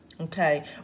okay